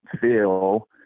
feel